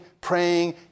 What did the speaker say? praying